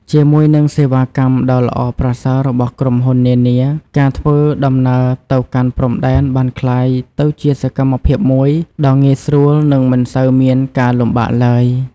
ជាមួយនឹងសេវាកម្មដ៏ល្អប្រសើររបស់ក្រុមហ៊ុននានា ការធ្វើដំណើរទៅកាន់ព្រំដែនបានក្លាយទៅជាសកម្មភាពមួយដ៏ងាយស្រួលនិងមិនសូវមានការលំបាកឡើយ។